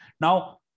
Now